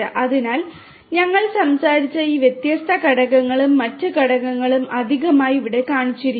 അതിനാൽ ഞങ്ങൾ സംസാരിച്ച ഈ വ്യത്യസ്ത ഘടകങ്ങളും മറ്റ് ഘടകങ്ങളും അധികമായി ഇവിടെ കാണിച്ചിരിക്കുന്നു